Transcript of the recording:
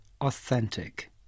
authentic